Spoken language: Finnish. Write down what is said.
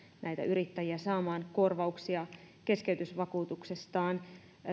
näitä yrittäjiä saamaan korvauksia keskeytysvakuutuksestaan